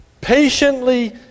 patiently